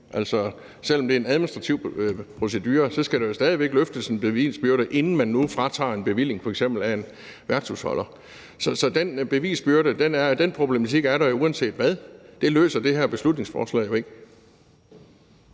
selv om det er en administrativ procedure, skal der jo stadig væk løftes en bevisbyrde, inden man fratager f.eks. en værtshusholder en bevilling. Så den problematik med bevisbyrden er der jo uanset hvad; den løser det her beslutningsforslag jo ikke.